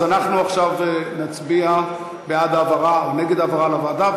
אז אנחנו עכשיו נצביע בעד העברה או נגד העברה לוועדה,